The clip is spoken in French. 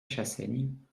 chassaigne